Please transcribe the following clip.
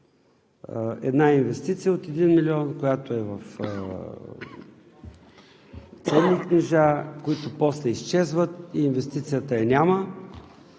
Една инвестиция от един милион, която е в ценни книжа, които после изчезват и инвестицията я няма.